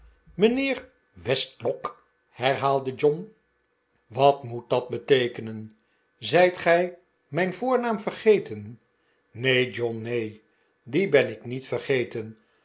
mijnheer westlock herhaalde john wat moet dat beteekenen zijt gij mijn voornaam vergeten neen john neen dien ben ik niet vergeten